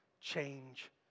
change